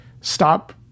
stop